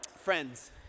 friends